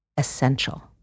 essential